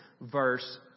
verse